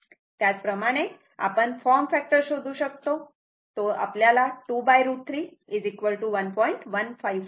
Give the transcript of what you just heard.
त्याच प्रमाणे आपण फॉर्म फॅक्टर शोधू शकतो तो आपल्याला 2 √3 1